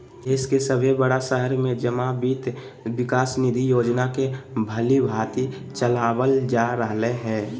देश के सभे बड़ा शहर में जमा वित्त विकास निधि योजना के भलीभांति चलाबल जा रहले हें